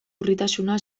urritasuna